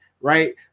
right